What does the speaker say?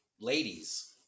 ladies